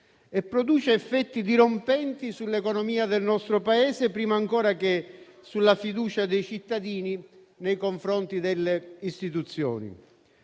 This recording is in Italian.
e produce effetti dirompenti sull'economia del nostro Paese prima ancora che sulla fiducia dei cittadini nei confronti delle Istituzioni.